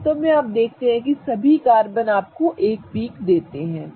वास्तव में आप देखते हैं कि सभी कार्बन आपको एक पीक देते हैं